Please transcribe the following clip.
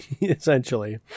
Essentially